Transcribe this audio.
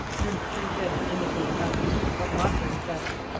i'm pretty good at imitating others, but mocker is better.